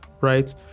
right